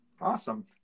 Awesome